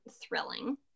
thrilling